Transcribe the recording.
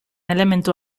elementu